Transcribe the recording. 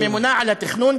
הממונה על התכנון,